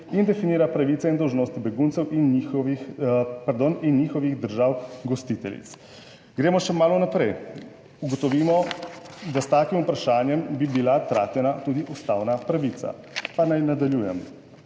in definira pravice in dolžnosti beguncev in njihovih pardon, in njihovih držav gostiteljic. Gremo še malo naprej, ugotovimo, da, s takim vprašanjem bi bila tratena tudi ustavna pravica. Pa naj nadaljujem.